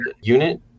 unit